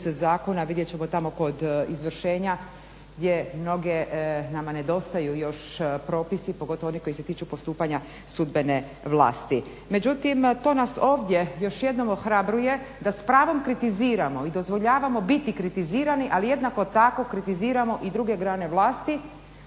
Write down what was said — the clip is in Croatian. Zakona vidjet ćemo tamo kod izvršenja gdje mnoge nama nedostaju pogotovo oni koji se tiču postupanja sudbene vlasti. Međutim, to nas ovdje još jednom ohrabruje da s pravom kritiziramo i dozvoljavamo biti kritizirani ali jednako tako kritiziramo i druge grane vlasti